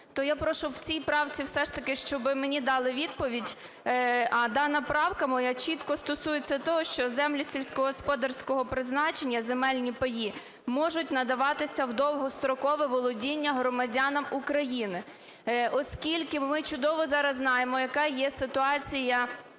То я прошу в цій правці все ж таки, щоб мені дали відповідь. А дана правка моя чітко стосується того, що землі сільськогосподарського призначення – земельні паї можуть надаватися у довгострокове володіння громадянам України. Оскільки ми чудово зараз знаємо, яка є ситуація